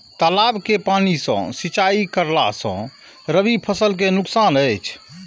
तालाब के पानी सँ सिंचाई करला स रबि फसल के नुकसान अछि?